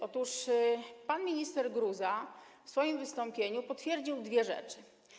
Otóż pan minister Gruza w swoim wystąpieniu potwierdził dwie rzeczy.